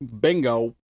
Bingo